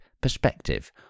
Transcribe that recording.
perspective